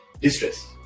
distress